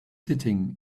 sitting